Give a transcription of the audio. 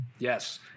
Yes